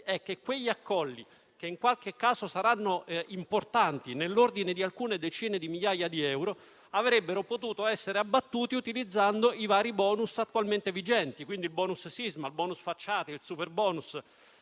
è che quegli accolli, che in qualche caso saranno importanti nell'ordine di alcune decine di migliaia di euro, avrebbero potuto essere abbattuti utilizzando i vari *bonus* attualmente vigenti: il *bonus* sisma, il *bonus* facciate, il superbonus